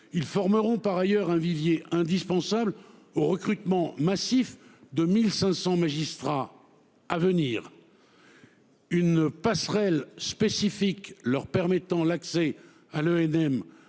Ils formeront par ailleurs hein Villiers indispensable au recrutement massif de 1500 magistrats à venir. Une passerelle spécifique leur permettant l'accès à l'ENM